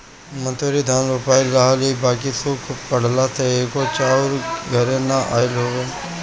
मंसूरी धान रोपाइल रहल ह बाकि सुखा पड़ला से एको चाउर घरे ना आइल हवे